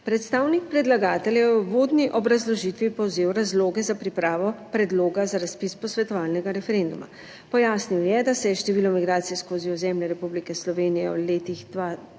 Predstavnik predlagatelja je v uvodni obrazložitvi povzel razloge za pripravo Predloga za razpis posvetovalnega referenduma. Pojasnil je, da se je število migracij skozi ozemlje Republike Slovenije v letih 2023